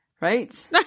Right